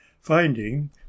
finding